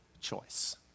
choice